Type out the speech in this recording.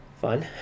fun